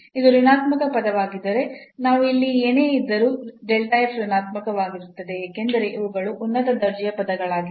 ಇದು ಋಣಾತ್ಮಕ ಪದವಾಗಿದ್ದರೆ ನಾವು ಇಲ್ಲಿ ಏನೇ ಇದ್ದರೂ ಋಣಾತ್ಮಕವಾಗಿರುತ್ತದೆ ಏಕೆಂದರೆ ಇವುಗಳು ಉನ್ನತ ದರ್ಜೆಯ ಪದಗಳಾಗಿವೆ